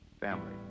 family